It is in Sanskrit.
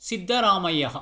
सिद्धरामय्यः